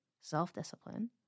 self-discipline